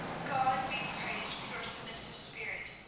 god be praised for your submissive spirit.